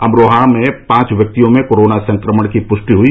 अमरोहा में पांच व्यक्तियों में कोरोना संक्रमण की पृष्टि हुई